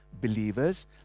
believers